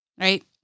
right